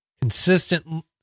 consistent